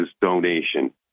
donation